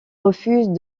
refuse